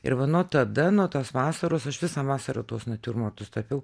ir va nuo tada nuo tos vasaros aš visą vasarą tuos natiurmortus tapiau